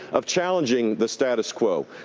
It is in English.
of challenging the status quo,